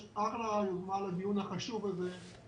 הדיון החשוב הזה.